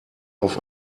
auf